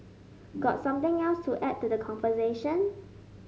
got something else to add to the conversation